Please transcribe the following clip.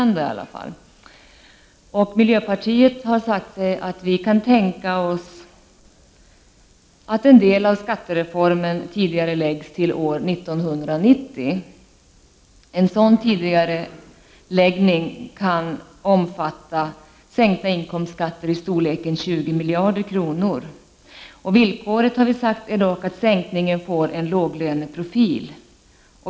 I miljöpartiet har vi sagt att vi kan tänka oss att en del av skattereformen tidigareläggs till år 1990. En sådan tidigareläggning kan omfatta en sänkning av inkomstskatterna i storleksordningen 20 miljarder kronor. Villkoret är dock att sänkningen får en låglöneprofil.